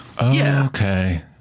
Okay